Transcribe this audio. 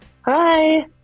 Hi